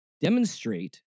demonstrate